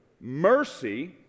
Mercy